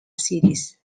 cities